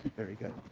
very good.